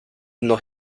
noch